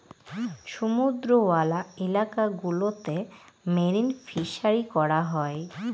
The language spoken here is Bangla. সমুদ্রওয়ালা এলাকা গুলোতে মেরিন ফিসারী করা হয়